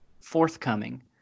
forthcoming